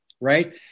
right